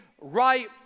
right